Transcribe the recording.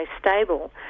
stable